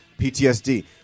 PTSD